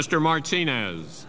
mr martinez